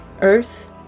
Earth